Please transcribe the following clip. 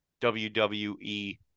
WWE